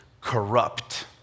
corrupt